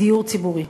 דיור ציבורי.